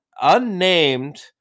unnamed